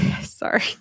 Sorry